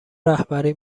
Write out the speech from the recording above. رهبری